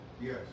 Yes